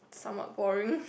somewhat boring